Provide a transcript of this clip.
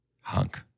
hunk